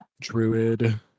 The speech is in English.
Druid